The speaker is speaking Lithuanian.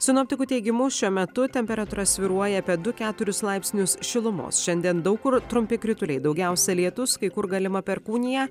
sinoptikų teigimu šiuo metu temperatūra svyruoja apie du keturis laipsnius šilumos šiandien daug kur trumpi krituliai daugiausia lietus kai kur galima perkūnija